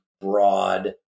broad